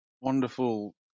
wonderful